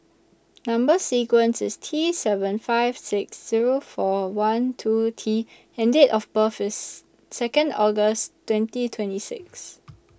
Number sequence IS T seven five six Zero four one two T and Date of birth IS Second August twenty twenty six